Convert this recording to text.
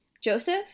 Joseph